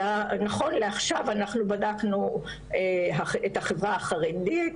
ונכון לעכשיו אנחנו בדקנו את החברה החרדית,